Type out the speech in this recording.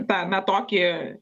tą na tokį